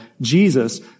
Jesus